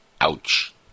Ouch